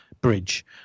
bridge